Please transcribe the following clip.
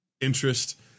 interest